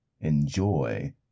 enjoy